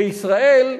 בישראל,